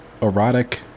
erotic